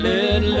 Let